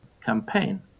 campaign